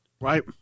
Right